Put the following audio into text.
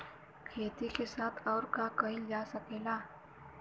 खेती के साथ अउर का कइल जा सकेला?